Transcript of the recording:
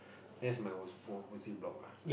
that's my was opposite block ah